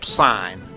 sign